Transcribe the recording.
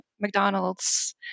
McDonald's